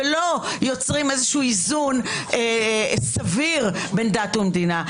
ולא יוצרים איזון סביר בין דת ומדינה.